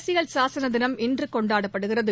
அரசியல் சாசன தினம் இன்று கொண்டாடப்படுகிறது